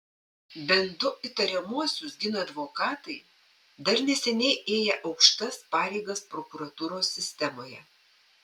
bent du įtariamuosius gina advokatai dar neseniai ėję aukštas pareigas prokuratūros sistemoje